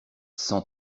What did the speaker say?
cent